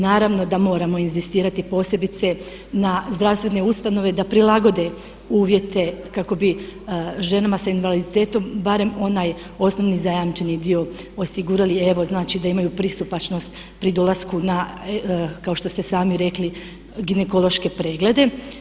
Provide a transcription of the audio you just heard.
Naravno da moramo inzistirati posebice na zdravstvene ustanove da prilagode uvjete kako bi ženama s invaliditetom barem onaj osnovni zajamčeni dio osigurali, evo znači da imaju pristupačnost pri dolasku na kao što ste sami rekli ginekološke preglede.